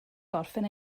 gorffen